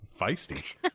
feisty